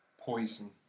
poison